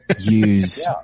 use